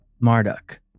Marduk